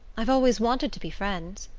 i've always wanted to be friends.